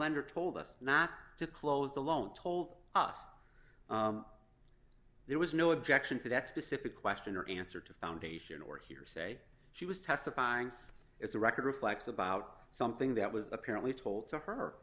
lender told us not to close the loan told us there was no objection to that specific question or answer to foundation or hearsay she was testifying as the record reflects about something that was apparently told to her